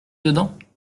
dedans